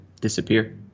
disappear